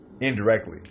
Indirectly